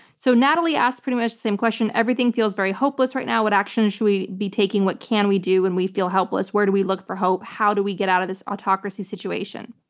so natalie asked pretty much the same question. everything feels very hopeless right now. what actions should we be taking, what can we do when we feel helpless, where do we look for hope, how do we get out of this autocracy situation?